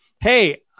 hey